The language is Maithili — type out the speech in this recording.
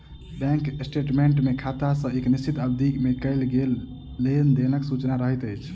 बैंक स्टेटमेंट मे खाता मे एक निश्चित अवधि मे कयल गेल लेन देनक सूचना रहैत अछि